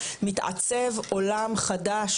מתעצב עולם חדש,